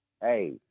Hey